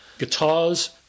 Guitars